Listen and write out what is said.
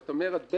זאת אומרת,